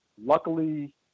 Luckily